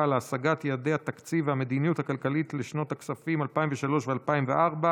להשגת יעדי התקציב והמדיניות הכלכלית לשנות הכספים 2003 ו-2004)